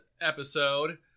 episode